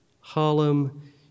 Harlem